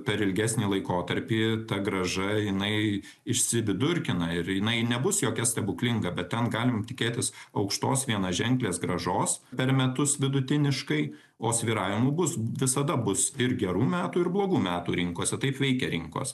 per ilgesnį laikotarpį ta grąža jinai išsividurkina ir jinai nebus jokia stebuklinga bet ten galim tikėtis aukštos vienaženklės grąžos per metus vidutiniškai o svyravimų bus visada bus ir gerų metų ir blogų metų rinkose taip veikia rinkos